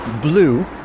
blue